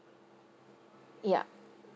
yeah